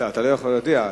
אתה לא יכול להודיע,